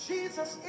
Jesus